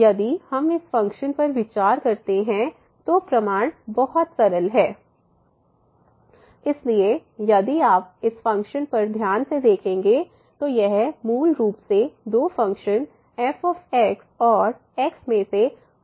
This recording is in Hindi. यदि हम इस फ़ंक्शन पर विचार करते हैं तो प्रमाण बहुत सरल है xfx fb f ab ax इसलिए यदि आप इस फ़ंक्शन पर ध्यान से देखेंगे तो यह मूल रूप से दो फ़ंक्शन f और x में से कुछ कांस्टेंट घटाव का अंतर है